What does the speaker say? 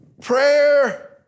Prayer